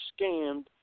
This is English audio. scammed